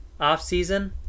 offseason